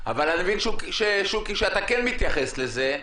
אבל אני מבין, שוקי, שאתה כן מתייחס לזה,